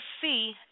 see